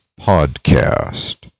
Podcast